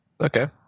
Okay